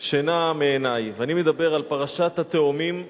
שינה מעיני, ואני מדבר על פרשת התאומים וההתעללות,